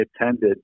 attended